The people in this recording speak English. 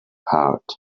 heart